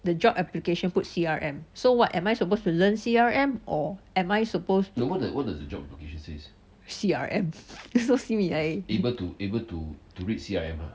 the job application put C_R_M so what am I supposed to learn C_R_M or am I supposed C_R_M so